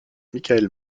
michael